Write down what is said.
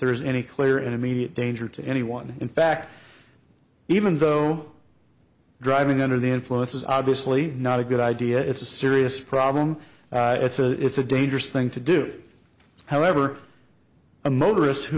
there is any clear and immediate danger to anyone in fact even though driving under the influence is obviously not a good idea it's a serious problem it's a it's a dangerous thing to do however a motorist who